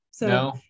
No